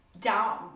down